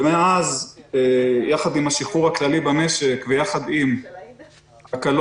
ומאז ביחד עם השחרור הכללי במשק וביחד עם הקלות